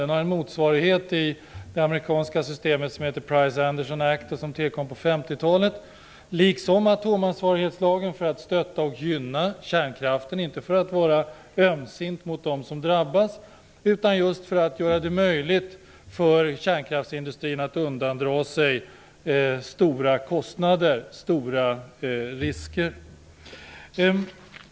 Den har en motsvarighet i det amerikanska systemet vilken kallas Price-Anderson Act, tillkommen på 50-talet liksom atomansvarighetslagen för att stötta och gynna kärnkraften - inte för att vara ömsint om dem som drabbas av den utan för att göra det möjligt för kärnkraftsindustrin att undandra sig stora kostnader och risker.